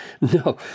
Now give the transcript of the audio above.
No